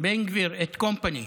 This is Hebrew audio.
בן גביר and company.